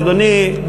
אדוני,